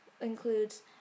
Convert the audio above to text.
includes